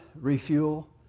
refuel